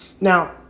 Now